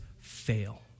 fail